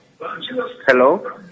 Hello